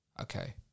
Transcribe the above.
Okay